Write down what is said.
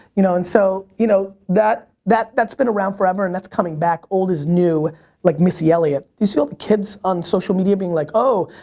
you know, and so, you know that, that's been around forever and that's coming back, old is new like missy elliot you see all the kids on social media being like, oh,